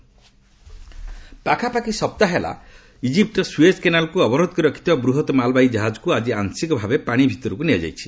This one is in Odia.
ସୁଏଜ୍ କେନାଲ୍ ପାଖାପାଖି ସପ୍ତାହେ ହେଲା ଇଜିପୁର ସୁଏଜ୍ କେନାଲ୍କୁ ଅବରୋଧ କରି ରଖିଥିବା ବୃହତ୍ ମାଳବାହୀ ଜାହାଜକୁ ଆଜି ଆଂଶିକ ଭାବେ ପାଣି ଭିତରକୁ ନିଆଯାଇଛି